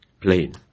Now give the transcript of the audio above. plane